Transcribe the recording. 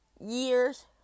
years